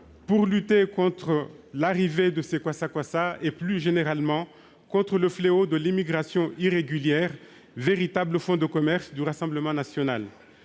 pour lutter contre l'arrivée de ces embarcations et, plus généralement, contre l'immigration irrégulière, véritable fonds de commerce du Rassemblement national